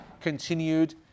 continued